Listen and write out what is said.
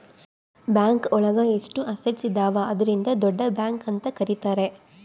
bank ಒಳಗ ಎಷ್ಟು assets ಇದಾವ ಅದ್ರಿಂದ ದೊಡ್ಡ ಬ್ಯಾಂಕ್ ಅಂತ ಕರೀತಾರೆ